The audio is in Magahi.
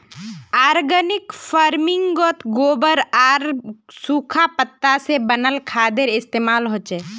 ओर्गानिक फर्मिन्गोत गोबर आर सुखा पत्ता से बनाल खादेर इस्तेमाल होचे